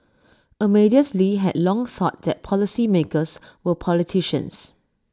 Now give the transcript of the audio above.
Amadeus lee had long thought that policymakers were politicians